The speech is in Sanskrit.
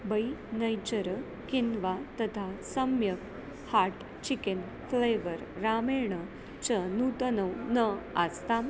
बै नैचर किन्वा तथा सम्यक् हाट् चिकेन् फ़वलेर् रामेण च नूतनौ न आस्ताम्